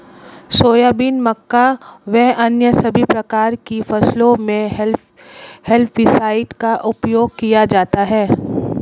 soybean, मक्का व अन्य सभी प्रकार की फसलों मे हेर्बिसाइड का उपयोग किया जाता हैं